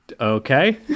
okay